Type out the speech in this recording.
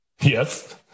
Yes